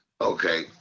Okay